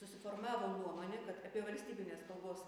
susiformavo nuomonė kad apie valstybinės kalbos